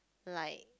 like